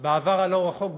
בעבר הלא-רחוק,